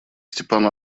степану